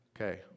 Okay